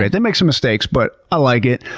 they they make some mistakes, but i like it.